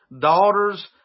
daughters